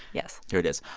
yes here it is.